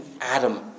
Adam